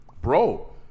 bro